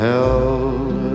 Held